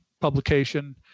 publication